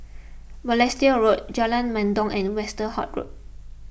Balestier Road Jalan Mendong and Westerhout Road